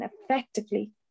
effectively